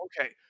okay